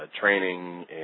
training